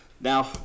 now